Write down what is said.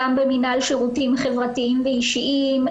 גם במינהל שירותים חברתיים ואישיים,